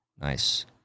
Nice